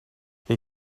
they